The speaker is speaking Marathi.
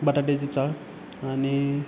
बटाट्याची चाळ आनी